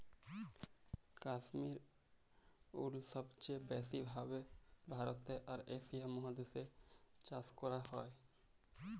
Kashmir wool সবচে ব্যাসি ভাবে ভারতে আর এশিয়া মহাদেশ এ চাষ করাক হয়ক